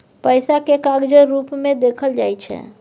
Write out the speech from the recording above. पैसा केँ कागजो रुप मे देखल जाइ छै